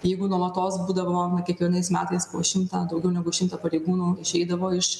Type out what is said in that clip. jeigu nuolatos būdavo kiekvienais metais po šimtą daugiau negu šimtą pareigūnų išeidavo iš